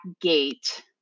gate